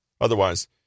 Otherwise